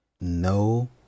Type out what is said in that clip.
no